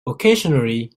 occasionally